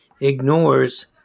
ignores